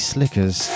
Slickers